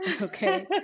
Okay